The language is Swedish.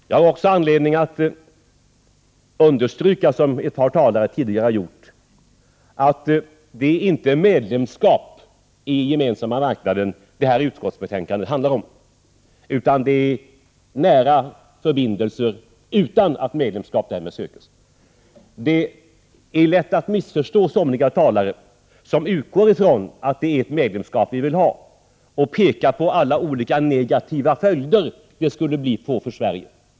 Jag har också anledning att understryka, som ett par talare tidigare har gjort, att det inte är medlemskap i Gemensamma marknaden detta utskottsbetänkande handlar om, utan det är nära förbindelser utan att medlemskap därmed sökes. Det är lätt att missförstå somliga talare, som utgår från att det är ett medlemskap vi vill ha och pekar på alla negativa följder det skulle få för Sverige.